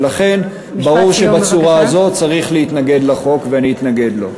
ולכן ברור שבצורה הזו צריך להתנגד לחוק ואני אתנגד לו.